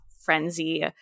frenzy